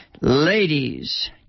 Ladies